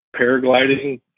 paragliding